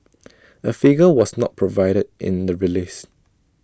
A figure was not provided in the release